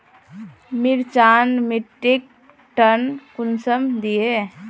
मिर्चान मिट्टीक टन कुंसम दिए?